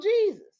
Jesus